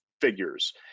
figures